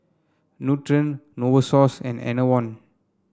Nutren Novosource and Enervon